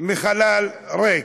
בחלל ריק.